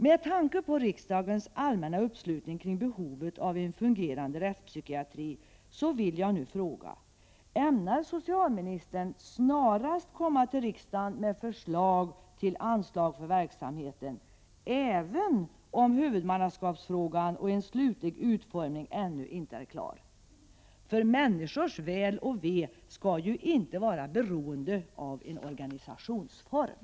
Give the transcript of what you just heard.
Med tanke på riksdagens allmänna uppslutning kring behovet av en änni ä jui Er n rättspsykiatri Människors väl och ve skall ju inte vara beroende av en organisationsform.